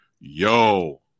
Yo